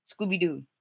Scooby-Doo